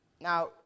Now